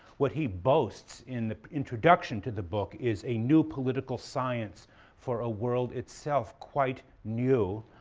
what he boasts in the introduction to the book, is a new political science for a world itself quite new.